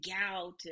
gout